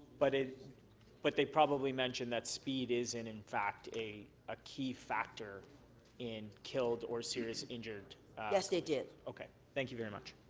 but it but they probably mention that speed is in in fact, a ah key factor in killed or serious injured yes, they did. okay. thank you very much.